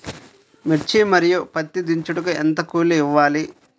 మిర్చి మరియు పత్తి దించుటకు ఎంత కూలి ఇవ్వాలి?